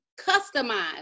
customize